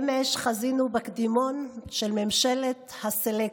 אמש חזינו בקדימון של ממשלת הסלקציה.